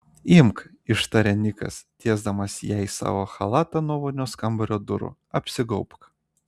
imk ištarė nikas tiesdamas jai savo chalatą nuo vonios kambario durų apsigaubk